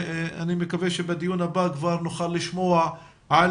אני מקווה שבדיון הבא כבר נוכל לשמוע על